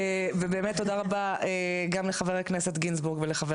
באמת תודה רבה לחבר הכנסת גינזבורג ולחבר